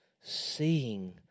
Seeing